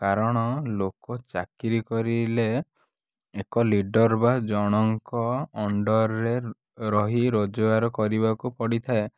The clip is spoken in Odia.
କାରଣ ଲୋକ ଚାକିରି କରିଲେ ଏକ ଲିଡ଼ର୍ ବା ଜଣଙ୍କ ଅଣ୍ଡର୍ରେ ରହି ରୋଜଗାର କରିବାକୁ ପଡ଼ିଥାଏ